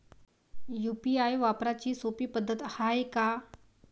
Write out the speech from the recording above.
UPI वापराची सोपी पद्धत हाय का?